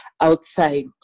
outside